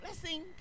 Blessing